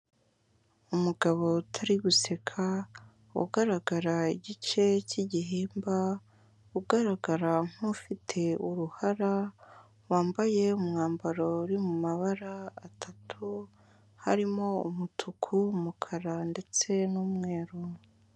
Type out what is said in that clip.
Umugabo utari guseka ugaragara igice cy'igihimba, ugaragara nkufite uruhara wambaye umwambaro uri mumabara atatu, harimo: umutuku, umukara, ndetse n'umweru.